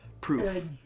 proof